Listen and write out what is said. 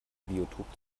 biotop